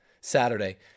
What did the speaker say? Saturday